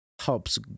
helps